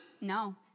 No